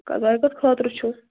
تۄہہِ کَتھ خٲطرٕ چھُو